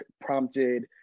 prompted